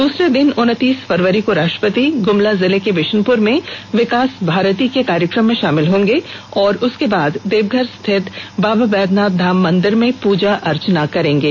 दूसरे दिन उनतीस फरवरी को राष्ट्रपति गुमला जिले के बिषुनपुर में विकास भारती के कार्यक्रम में शामिल होंगे और उसके बाद देवघर स्थित बाबा वैद्यनाथ धाम मंदिर में पूजा अर्चना करेंगे